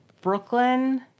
Brooklyn